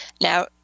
Now